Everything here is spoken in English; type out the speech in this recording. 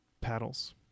Paddles